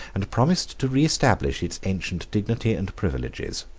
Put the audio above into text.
and promised to reestablish its ancient dignity and privileges.